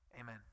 Amen